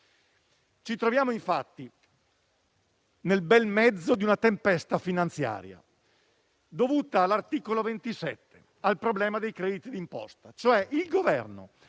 Ci troviamo, infatti, nel bel mezzo di una tempesta finanziaria, dovuta all'articolo 27, al problema dei crediti d'imposta. Il Governo